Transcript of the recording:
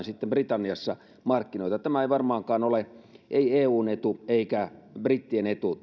sitten britanniassa markkinoita tämä brexit tällä hetkellä ei varmaankaan ole eun etu eikä brittien etu